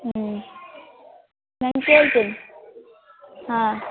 ಹ್ಞೂ ನಾನು ಕೇಳ್ತೀನಿ ಹಾಂ